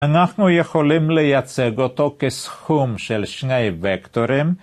אנחנו יכולים לייצג אותו כסכום של שני וקטורים.